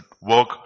work